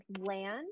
land